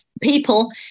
People